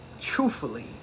truthfully